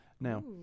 Now